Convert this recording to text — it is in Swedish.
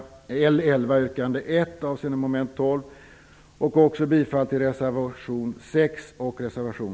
Med detta yrkar jag bifall till motion